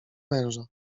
męża